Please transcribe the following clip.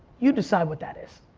you decide what that is.